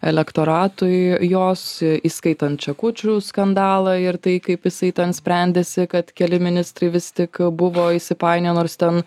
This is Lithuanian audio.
elektoratui jos įskaitant čekučių skandalą ir tai kaip jisai ten sprendėsi kad keli ministrai vis tik buvo įsipainioję nors ten